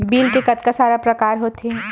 Bill के कतका सारा प्रकार होथे?